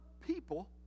people